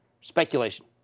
speculation